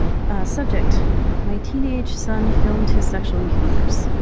subject my teenage son filmed his sexual encounters.